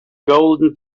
golden